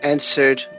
Answered